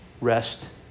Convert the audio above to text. rest